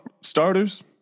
starters